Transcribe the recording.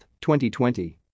2020